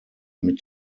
mit